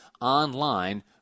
online